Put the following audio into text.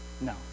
No